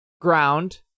Ground